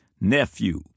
nephew